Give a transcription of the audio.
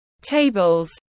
tables